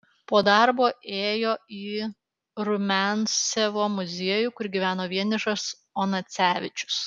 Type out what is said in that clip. po darbo ėjo į rumiancevo muziejų kur gyveno vienišas onacevičius